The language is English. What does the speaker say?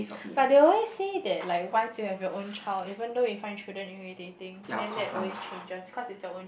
but they always said that like once you have your own child even though you find shouldn't you irritating then that always changes cause is your own